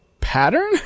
pattern